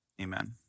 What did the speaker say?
Amen